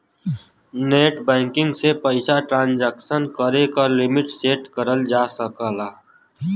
net banking से पइसा transaction करे क लिमिट सेट करल जा सकला